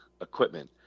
equipment